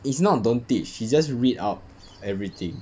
it's not don't teach she just read out everything